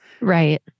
Right